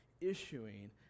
issuing